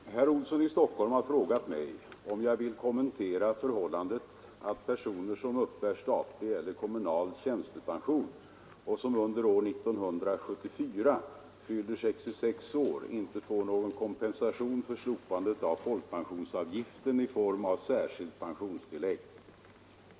Herr talman! Herr Olsson i Stockholm har frågat mig om jag vill kommentera förhållandet att personer som uppbär statlig eller kommunal tjänstepension och som under år 1974 fyller 66 år inte får någon kompensation för slopandet av folkpensionsavgiften i form av särskilt pensionstillägg.